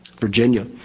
Virginia